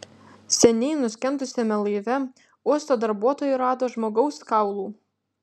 seniai nuskendusiame laive uosto darbuotojai rado žmogaus kaulų